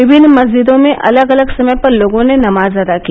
विभिन्न मस्जिदों में अलग अलग समय पर लोगों ने नमाज अदा की